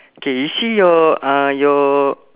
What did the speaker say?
okay you see your uh your